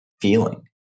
feeling